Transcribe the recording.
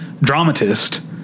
dramatist